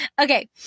Okay